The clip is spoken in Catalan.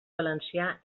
valencià